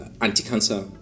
Anti-cancer